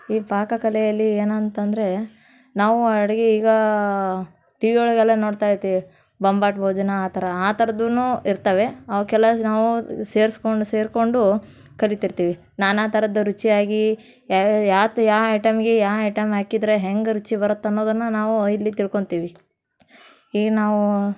ಈ ಪಾಕಕಲೆಯಲ್ಲಿ ಏನಂತಂದರೆ ನಾವು ಅಡುಗೆ ಈಗ ಟಿ ವಿ ಒಳಗೆಲ್ಲ ನೋಡ್ತಾ ಇರ್ತೀವಿ ಬೊಂಬಾಟ್ ಭೋಜನಾ ಆ ಥರ ಆ ಥರದ್ದೂ ಇರ್ತವೆ ಅವಕ್ಕೆಲ್ಲ ನಾವು ಸೇರ್ಸ್ಕೊಂಡು ಸೇರಿಕೊಂಡು ಕಲಿತಿರ್ತೀವಿ ನಾನಾ ಥರದ ರುಚಿಯಾಗಿ ಯಾವ್ಯಾವ ಯಾವ ತ ಯಾವ ಐಟಮ್ಗೆ ಯಾವ ಐಟಮ್ ಹಾಕಿದರೆ ಹೆಂಗೆ ರುಚಿ ಬರತ್ತೆ ಅನ್ನೋದನ್ನು ನಾವು ಇಲ್ಲಿ ತಿಳ್ಕೋತೀವಿ ಈಗ ನಾವು